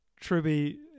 Truby